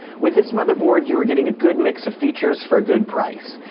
with this motherboard, you are getting a good mix of features for a good price.